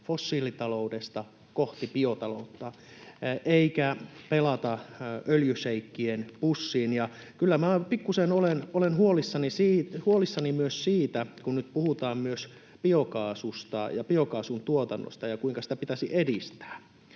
fossiilitaloudesta kohti biotaloutta eikä pelata öljyšeikkien pussiin. Ja kyllä minä pikkuisen olen huolissani myös siitä, kun nyt puhutaan myös biokaasusta ja biokaasun tuotannosta ja siitä, kuinka sitä pitäisi edistää,